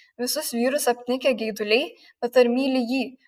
visus vyrus apnikę geiduliai bet ar myli jį